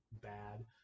bad